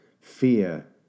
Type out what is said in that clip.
fear